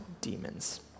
demons